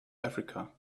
africa